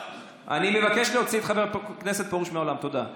אני מבקש להוציא את חבר הכנסת פרוש מהאולם, בבקשה.